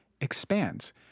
expands